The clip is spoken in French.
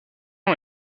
est